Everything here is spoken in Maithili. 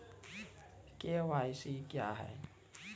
के.वाई.सी क्या हैं?